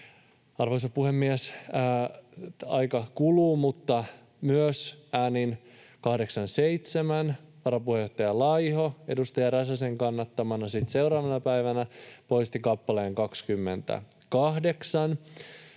Arvoisa puhemies! Aika kuluu — mutta myös äänin 8—7 varapuheenjohtaja Laiho edustaja Räsäsen kannattamana seuraavana päivänä poisti kappaleen 28,